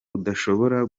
budashobora